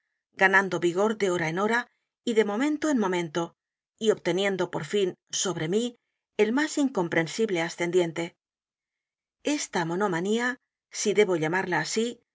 ganando vigor de hora en hora y de momento en momento y obteniendo por fin sobre mí el m á s incomprensible ascendiente esta monomanía si debo llamarla así